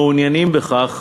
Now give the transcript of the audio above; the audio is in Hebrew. המעוניינים בכך,